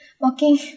walking